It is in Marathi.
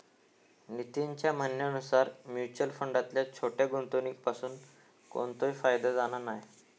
नितीनच्या म्हणण्यानुसार मुच्युअल फंडातल्या छोट्या गुंवणुकीपासून कोणतोय फायदो जाणा नाय